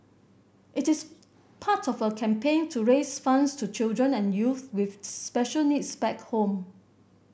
it is part of a campaign to raise funds to children and youth with special needs back home